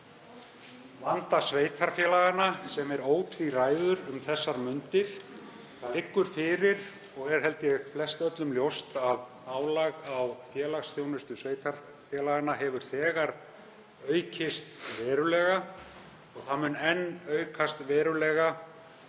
vanda sveitarfélaganna, sem er ótvíræður um þessar mundir. Það liggur fyrir og er, held ég, flestöllum ljóst að álag á félagsþjónustu sveitarfélaganna hefur þegar aukist verulega. Það mun enn aukast verulega